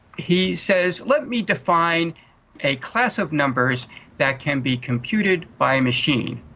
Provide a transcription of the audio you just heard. he says let me define a class of numbers that can be computed by a machine.